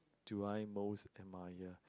do I most admire